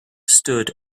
stood